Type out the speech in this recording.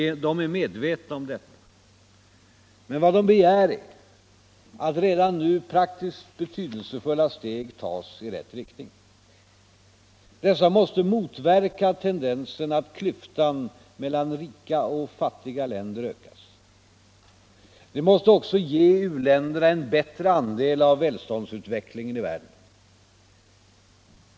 De är medvetna om detta men vad de begär är att redan nu praktiskt betydelsefulla steg tas i rätt riktning. Dessa måste motverka tendensen att klyftan mellan rika och fattiga länder ökas. De måste också ge u-länderna en bättre andel av välståndsutvecklingen i världen.